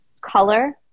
Color